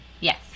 Yes